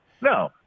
No